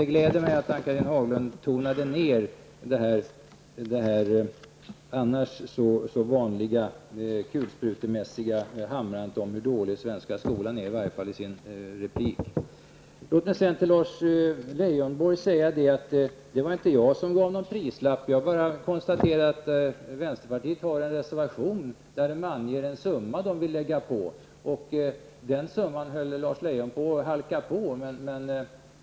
Det glädjer mig att Ann-Cathrine Haglund tonade ned det annars så vanliga kulsprutemässiga hamrandet om hur dålig den svenska skolan är. Hon gjorde det i varje fall i sin replik. Låt mig sedan till Lars Leijonborg säga att det inte var jag som satte upp någon prislapp. Jag bara konstaterade att vänsterpartiet har en reservation, där man anger den summa som partiet vill lägga på. Den summan var Lars Leijonborg nära att halka på.